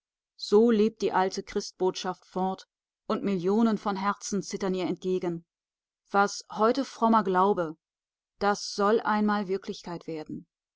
so lebt die alte christbotschaft fort und millionen von herzen zittern ihr entgegen was heute frommer glaube das soll einmal wirklichkeit werden